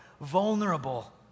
vulnerable